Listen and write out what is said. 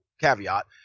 caveat